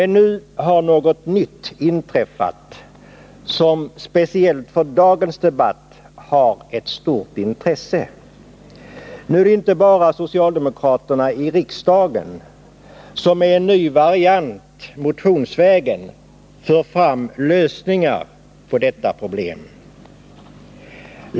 Nu har emellertid något nytt inträffat, som speciellt för dagens debatt är av stort intresse. Det är nu inte bara socialdemokraterna i riksdagen som med en ny variant motionsvägen för fram förslag till lösningar på detta problem.